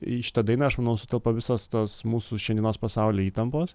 į šitą dainą aš manau sutelpa visos tos mūsų šiandienos pasauly įtampos